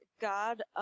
God